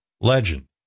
legend